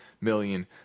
million